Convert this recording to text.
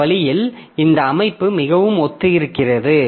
இந்த வழியில் இந்த அமைப்பு மிகவும் ஒத்திருக்கிறது